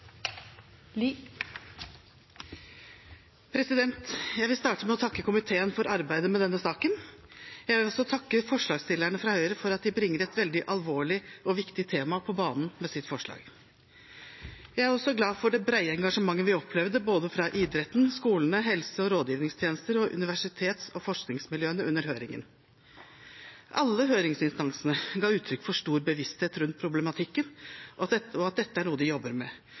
Høyre for at de bringer et veldig alvorlig og viktig tema på banen med sitt forslag. Jeg er også glad for det brede engasjementet vi opplevde både fra idretten, skolene, helse- og rådgivningstjenester og universitets- og forskningsmiljøene under høringen. Alle høringsinstansene ga uttrykk for stor bevissthet rundt problematikken, og at dette er noe de jobber med.